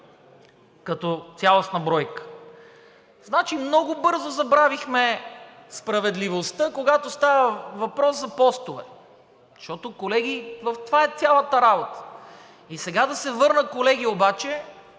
като цялостна бройка. Значи, много бързо забравихме справедливостта, когато става въпрос за постове. Защото, колеги, в това е цялата работа. И сега да се върна, колеги,